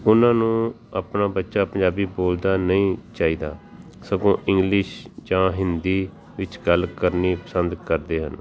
ਉਹਨਾਂ ਨੂੰ ਆਪਣਾ ਬੱਚਾ ਪੰਜਾਬੀ ਬੋਲਦਾ ਨਹੀਂ ਚਾਹੀਦਾ ਸਗੋਂ ਇੰਗਲਿਸ਼ ਜਾਂ ਹਿੰਦੀ ਵਿੱਚ ਗੱਲ ਕਰਨੀ ਪਸੰਦ ਕਰਦੇ ਹਨ